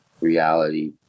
reality